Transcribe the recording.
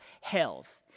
health